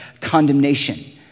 condemnation